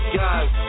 guys